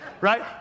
right